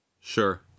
sure